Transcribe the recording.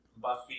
Buffy